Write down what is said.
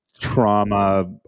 trauma